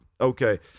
okay